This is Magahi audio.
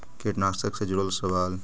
कीटनाशक से जुड़ल सवाल?